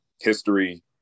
history